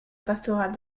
pastorale